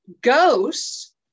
ghosts